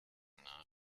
nach